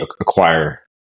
acquire